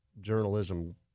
journalism